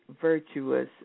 virtuous